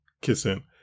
kissing